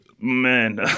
man